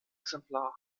exemplar